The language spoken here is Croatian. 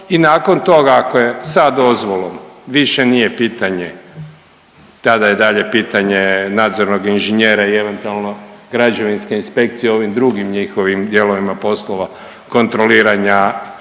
i nakon toga ako je sa dozvolom više nije pitanje tada je dalje pitanje nadzornog inženjera i eventualno građevinska inspekcija u ovim drugim njihovim dijelovima poslova kontroliranja